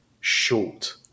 short